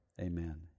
Amen